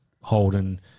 Holden